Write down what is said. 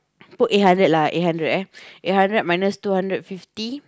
put eight hundred lah eight hundred eh eight hundred minus two hundred fifty